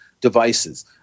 devices